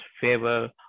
favor